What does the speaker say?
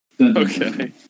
Okay